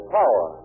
power